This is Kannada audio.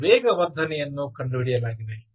ಮತ್ತು ವೇಗವರ್ಧನೆಯನ್ನು ಕಂಡುಹಿಡಿಯಲಾಗಿದೆ